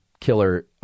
killer